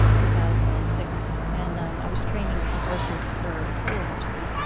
two thousand and six, and um i was training some horses for polo horses.